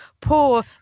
poor